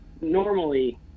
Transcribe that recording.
normally